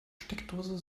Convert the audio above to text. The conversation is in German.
steckdose